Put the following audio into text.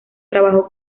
trabajó